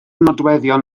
nodweddion